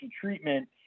treatment